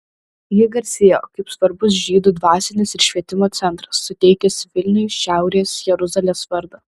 ji garsėjo kaip svarbus žydų dvasinis ir švietimo centras suteikęs vilniui šiaurės jeruzalės vardą